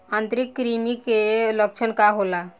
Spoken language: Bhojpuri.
आंतरिक कृमि के लक्षण का होला?